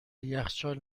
یخچال